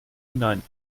hinein